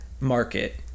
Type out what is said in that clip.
market